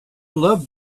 love